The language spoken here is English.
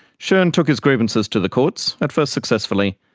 schon took his grievances to the courts, at first successfully,